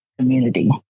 community